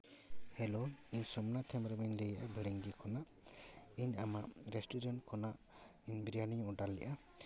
hello ᱤᱧ ᱥᱳᱢᱱᱟᱛᱷ ᱦᱮᱢᱵᱨᱚᱢ ᱤᱧ ᱞᱟᱹᱭ ᱮᱫᱟ ᱵᱷᱤᱲᱤᱝᱜᱤ ᱠᱷᱚᱱᱟᱜ ᱤᱧ ᱟᱢᱟᱜ ᱨᱮᱥᱴᱩᱨᱮᱱᱴ ᱠᱷᱚᱱᱟᱜ ᱤᱧ ᱵᱨᱤᱭᱟᱱᱤᱧ ᱚᱰᱟᱨ ᱞᱮᱫᱟ